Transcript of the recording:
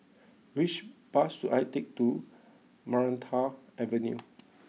which bus should I take to Maranta Avenue